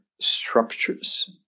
structures